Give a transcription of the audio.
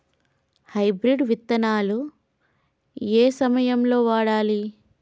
Hybrid విత్తనాలు ఏయే సమయాల్లో వాడాలి?